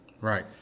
Right